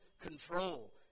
control